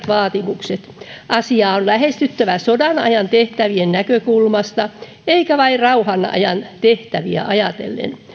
vaatimukset asiaa on lähestyttävä sodanajan tehtävien näkökulmasta eikä vain rauhanajan tehtäviä ajatellen